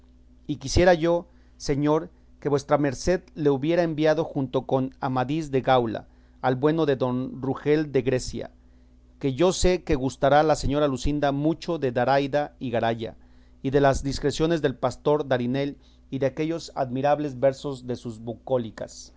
y quisiera yo señor que vuestra merced le hubiera enviado junto con amadís de gaula al bueno de don rugel de grecia que yo sé que gustara la señora luscinda mucho de daraida y geraya y de las discreciones del pastor darinel y de aquellos admirables versos de sus bucólicas